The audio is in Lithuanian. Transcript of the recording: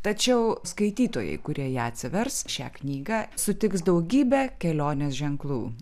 tačiau skaitytojai kurie ją atsivers šią knygą sutiks daugybę kelionės ženklų